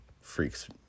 freaks